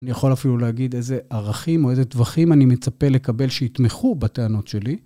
אני יכול אפילו להגיד איזה ערכים או איזה טווחים אני מצפה לקבל שיתמכו בטענות שלי.